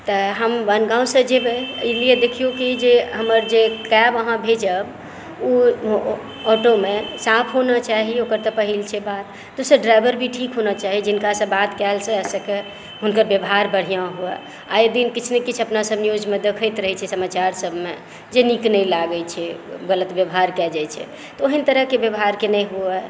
तऽ हम बनगाँवसँ जेबै एहि लिये देखियौ कि जे हमर जे कैब अहाँ भेजब ओ ऑटोमे साफ होना चाही ओकर तऽ पहिल छै बात दोसर ड्राइवर भी ठीक होना चाही जिनकासँ बात कयल जाए सकए हुनकर व्यवहार बढ़िऑं हुए आए दिन किछु ने किछु अपना सब न्यूज़मे देखैत रहै छियै समाचार सबमे जे नीक नहि लागै छै गलत व्यवहार कए जाइ छै तऽ ओहन तरहके व्यवहारके नहि हुए